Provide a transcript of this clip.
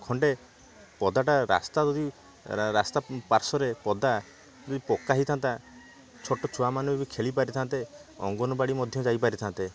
ଖଣ୍ଡେ ପଦାଟା ରାସ୍ତା ଯଦି ରାସ୍ତା ପାର୍ଶ୍ୱରେ ପଦା ଯଦି ପକ୍କା ହେଇଥାନ୍ତା ଛୋଟ ଛୁଆମାନେ ବି ଖେଳି ପାରିଥାନ୍ତେ ଅଙ୍ଗନବାଡ଼ି ମଧ୍ୟ ଯାଇ ପାରିଥାନ୍ତେ